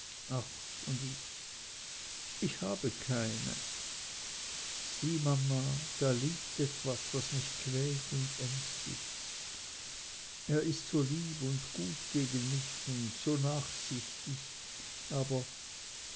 und ich ich habe keine sieh mama da liegt etwas was mich quält und ängstigt er ist so lieb und gut gegen mich und so nachsichtig aber